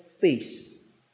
face